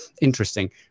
Interesting